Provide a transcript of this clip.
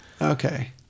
Okay